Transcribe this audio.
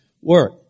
work